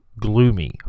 gloomy